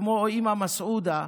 כמו אימא מסעודה,